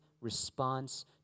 response